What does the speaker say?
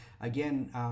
Again